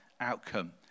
outcome